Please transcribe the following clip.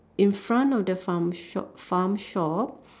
in front of the farm shop farm shop